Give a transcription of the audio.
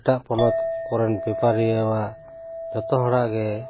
ᱮᱴᱟᱜ ᱯᱚᱱᱚᱛ ᱠᱚᱨᱮᱱ ᱵᱮᱯᱟᱨᱤᱭᱟᱹᱣᱟᱜ ᱡᱚᱛᱚ ᱦᱚᱲᱟᱜ ᱜᱮ